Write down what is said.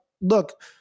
look